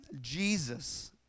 Jesus